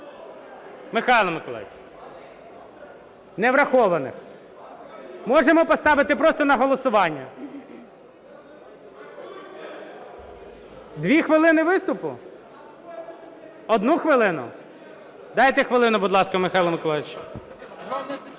Михайло Миколайович. Не врахованих? Можемо поставити просто на голосування. 2 хвилини виступу? 1 хвилину? Дайте хвилину, будь ласка, Михайлу Миколайовичу.